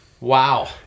Wow